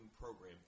program